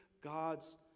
God's